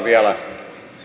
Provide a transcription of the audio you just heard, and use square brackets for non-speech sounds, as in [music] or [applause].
[unintelligible] vielä